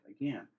again